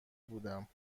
بودم